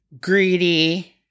greedy